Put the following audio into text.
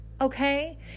Okay